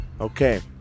Okay